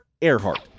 Earhart